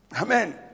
Amen